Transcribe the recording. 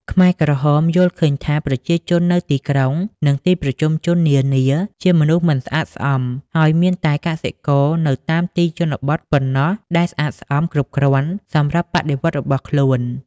ខ្មែរក្រហមយល់ឃើញថាប្រជាជននៅទីក្រុង និងទីប្រជុំជននានាជាមនុស្សមិនស្អាតស្អំ ហើយមានតែកសិករនៅតាមទីជនបទប៉ុណ្ណោះដែលស្អាតស្អំគ្រប់គ្រាន់សម្រាប់បដិវត្តន៍របស់ខ្លួន។